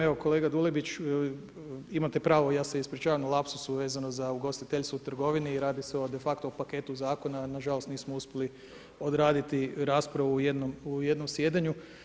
Evo kolega Dulibić, imate pravo, ja se ispričavam u lapsusu vezano za ugostiteljstvo u trgovini, radi se o de facto o paketu zakona, nažalost nismo uspjeli odraditi raspravu u jednom sjedanju.